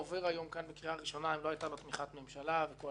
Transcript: היום בקריאה ראשונה בלי תמיכת ממשלה וקואליציה,